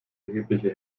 erhebliche